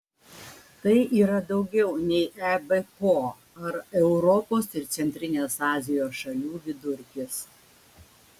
tai yra daugiau nei ebpo ar europos ir centrinės azijos šalių vidurkis